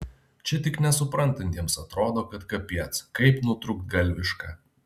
čia tik nesuprantantiems atrodo kad kapiec kaip nutrūktgalviška